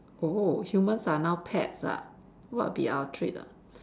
oh humans are now pets ah what will be our treat ah